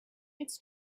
its